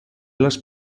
les